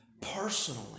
personally